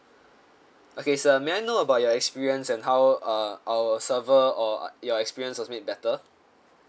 okay sir uh may I know about your experience and how uh our server or uh your experience was made better